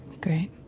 Great